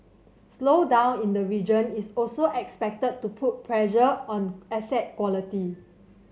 slowdown in the region is also expected to put pressure on asset quality